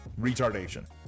Retardation